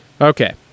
Okay